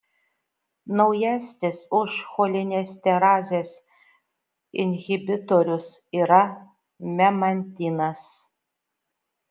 naujesnis už cholinesterazės inhibitorius yra memantinas